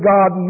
God